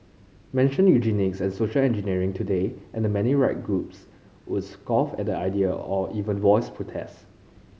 mention eugenics and social engineering today and many right groups would scoff at the idea or even voice protest